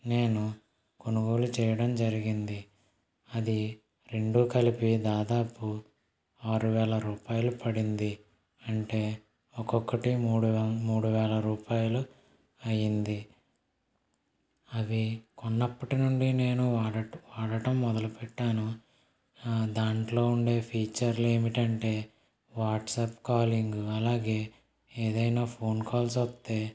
నేను కొనుగోలు చేయడం జరిగింది అది రెండు కలిపి దాదాపు ఆరు వేల రూపాయలు పడింది అంటే ఒక్కొక్కటి మూడు మూడు వేల రూపాయలు అయ్యింది అవి కొన్నప్పటి నుండి నేను వాడటం వాడటం మొదలుపెట్టాను దాంట్లో ఉండే ఫ్యూచర్లు ఏమిటంటే వాట్సప్ కాలింగ్ అలాగే ఏదైనా ఫోన్ కాల్స్ వస్తే